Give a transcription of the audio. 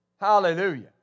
Hallelujah